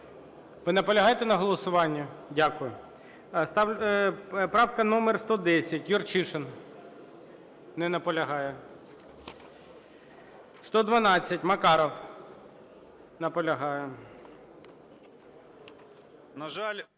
Ви наполягаєте на голосуванні? Дякую. Правка номер 110, Юрчишин. Не наполягає. 112, Макаров. Наполягає.